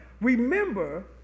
Remember